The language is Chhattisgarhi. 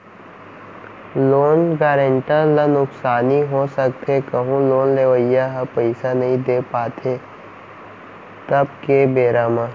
लोन गारेंटर ल नुकसानी हो सकथे कहूँ लोन लेवइया ह पइसा नइ दे पात हे तब के बेरा म